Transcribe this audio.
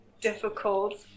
difficult